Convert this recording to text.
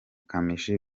kamichi